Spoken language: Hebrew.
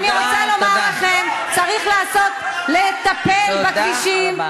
אני רוצה לומר לכם: צריך לטפל בכבישים, תודה רבה.